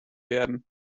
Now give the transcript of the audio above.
werden